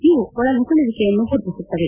ಇವು ಒಳನುಸುಳುವಿಕೆಯನ್ನು ಗುರುತಿಸುತ್ತವೆ